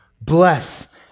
Bless